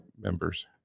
members